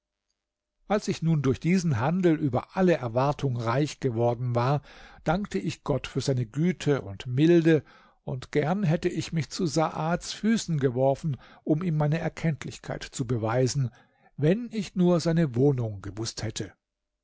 als ich nun durch diesen handel über alle erwartung reich geworden war dankte ich gott für seine güte und milde und gern hätte ich mich zu saads füßen geworfen um ihm meine erkenntlichkeit zu beweisen wenn ich nur seine wohnung gewußt hätte